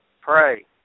Pray